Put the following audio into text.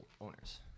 owners